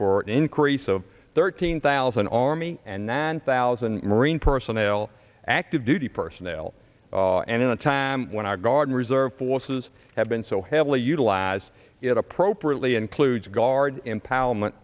an increase of thirteen thousand army and then thousand marine personnel active duty personnel and in a time when our guard and reserve forces have been so heavily utilize it appropriately includes guard empowerment